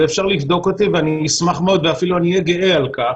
ואפשר לבדוק אותי ואני אשמח מאוד ואני אפילו אהיה גאה על כך,